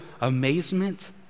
amazement